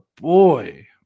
boy